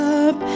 up